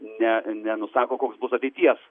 ne nenusako koks bus ateities